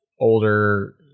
older